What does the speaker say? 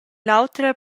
l’autra